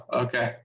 okay